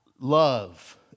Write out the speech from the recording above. love